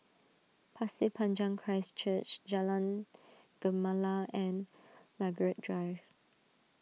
Pasir Panjang Christ Church Jalan Gemala and Margaret Drive